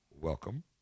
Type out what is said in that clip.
Welcome